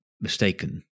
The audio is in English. mistaken